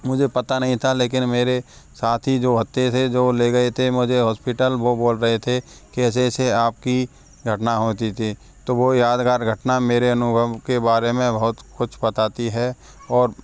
मुझे पता नहीं था लेकिन मेरे साथी जो हत्थे थे जो ले गए थे मुझे हॉस्पिटल वह बोल रहे थे ऐसे ऐसे आपकी घटना होती थी तो वह यादगार घटना मेरे अनुभव के बारे में बहुत कुछ बताती है और